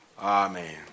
Amen